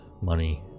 money